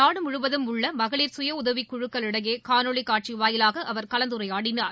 நாடு முழுவதும் உள்ள மகளிர் சுயஉதவிக் குழுக்களிடையே காணொலி காட்சி வாயிலாக அவர் கலந்துரையாடினார்